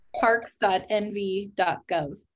parks.nv.gov